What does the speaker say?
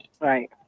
right